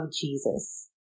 Jesus